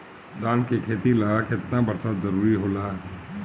धान के खेती ला केतना बरसात जरूरी होला?